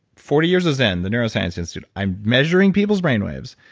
forty years of zen, the neuroscience institute, i'm measuring people's brain waves.